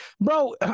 bro